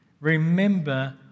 remember